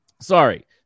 Sorry